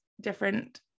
different